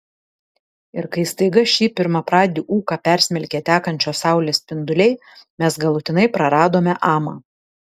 ir kai staiga šį pirmapradį ūką persmelkė tekančios saulės spinduliai mes galutinai praradome amą